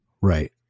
Right